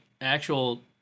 actual